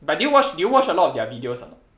but did you watch did you watch a lot their videos or not